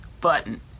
button